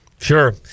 Sure